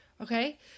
Okay